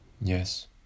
Yes